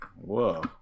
Whoa